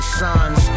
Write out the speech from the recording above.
sons